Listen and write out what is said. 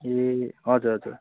ए हजुर हजुर